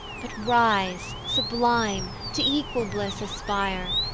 but rise sublime, to equal bliss aspire,